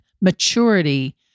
maturity